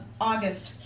August